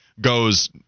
goes